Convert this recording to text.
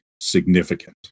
significant